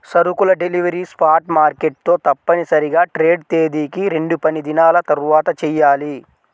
సరుకుల delivery spot market తో తప్పనిసరిగా ట్రేడ్ తేదీకి రెండుపనిదినాల తర్వాతచెయ్యాలి